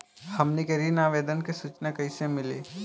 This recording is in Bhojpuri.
हमनी के ऋण आवेदन के सूचना कैसे मिली?